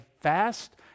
fast